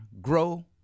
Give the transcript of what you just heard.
grow